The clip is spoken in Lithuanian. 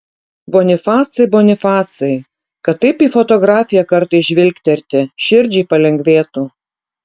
bonifacai bonifacai kad taip į fotografiją kartais žvilgterti širdžiai palengvėtų